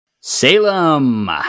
Salem